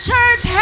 church